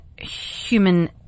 human